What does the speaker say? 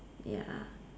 ya